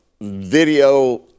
video